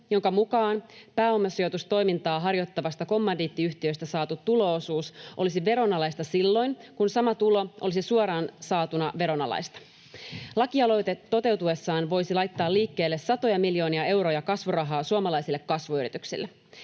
jonka mukaan pääomasijoitustoimintaa harjoittavasta kommandiittiyhtiöstä saatu tulo-osuus olisi veronalaista silloin kun sama tulo olisi suoraan saatuna veronalaista. Lakialoite toteutuessaan voisi laittaa liikkeelle satoja miljoonia euroja kasvurahaa suomalaisille kasvuyrityksille.